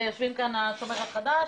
ויושבים כאן השומר החדש,